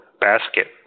basket